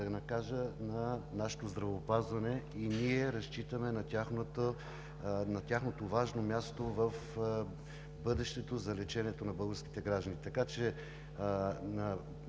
артерията на нашето здравеопазване и ние разчитаме на тяхното важно място в бъдещето за лечението на българските граждани.